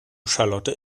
charlotte